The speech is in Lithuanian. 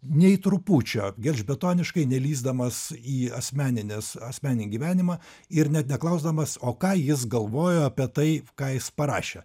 nei trupučio gelžbetoniškai nelįsdamas į asmenines asmeninį gyvenimą ir net neklausdamas o ką jis galvojo apie tai ką jis parašė